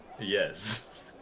Yes